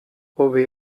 hobe